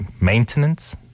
maintenance